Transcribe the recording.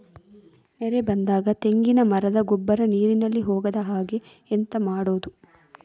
ನೆರೆ ಬಂದಾಗ ತೆಂಗಿನ ಮರದ ಗೊಬ್ಬರ ನೀರಿನಲ್ಲಿ ಹೋಗದ ಹಾಗೆ ಎಂತ ಮಾಡೋದು?